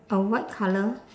a white colour